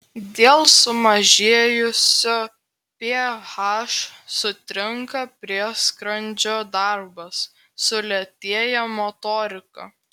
dėl sumažėjusio ph sutrinka prieskrandžio darbas sulėtėja motorika